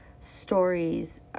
stories